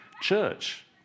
Church